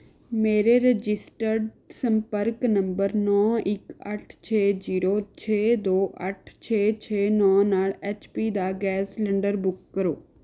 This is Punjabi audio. ਮੇਰੇ ਰਜਿਸਟਰਡ ਸੰਪਰਕ ਨੰਬਰ ਨੌਂ ਇੱਕ ਅੱਠ ਛੇ ਜ਼ੀਰੋ ਛੇ ਦੋ ਅੱਠ ਛੇ ਛੇ ਨੌਂ ਨਾਲ ਐਚ ਪੀ ਦਾ ਗੈਸ ਸਿਲੰਡਰ ਬੁੱਕ ਕਰੋ